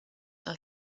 are